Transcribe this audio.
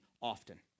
often